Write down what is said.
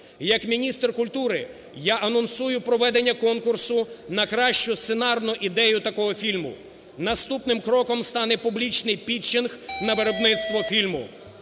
Як міністр культури я анонсую проведення конкурсу на кращу сценарну ідею такого фільму. Наступним кроком стане публічний пітчинг на виробництво фільму.